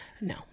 No